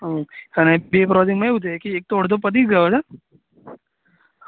હ અને બે પ્રોજેક્ટમાં એવું છે કે એક તો અડધો પતી ગયો છે